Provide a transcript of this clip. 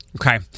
Okay